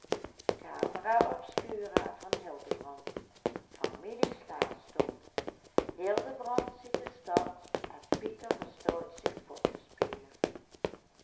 misbruik maakte hildebrand ziet de stad en pieter verstout zich pot te spelen